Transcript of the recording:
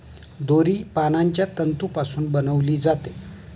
दोरी पानांच्या तंतूपासून बनविली जाते